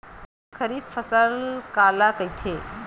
खरीफ फसल काला कहिथे?